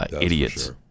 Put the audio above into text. idiots